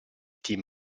tim